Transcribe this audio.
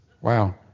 wow